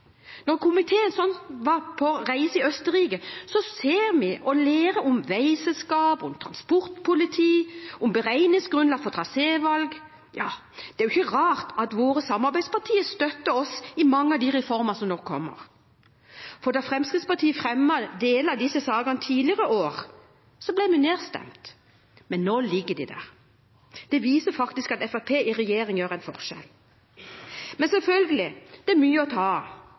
komiteen var på reise i Østerrike, så vi på og lærte om veiselskap, om transportpoliti og om beregningsgrunnlag for trasévalg. Det er ikke rart at våre samarbeidspartier støtter oss i mange av de reformene som nå kommer. Da Fremskrittspartiet fremmet deler av disse sakene i tidligere år, ble vi nedstemt, men nå ligger de der. Det viser faktisk at Fremskrittspartiet i regjering gjør en forskjell. Men det er selvfølgelig mye å ta